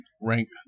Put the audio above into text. rank